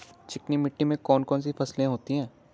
चिकनी मिट्टी में कौन कौन सी फसलें होती हैं?